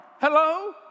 Hello